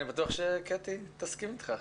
אני בטוח שקטי תסכים איתך עכשיו.